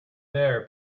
there